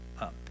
up